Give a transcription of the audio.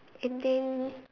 and then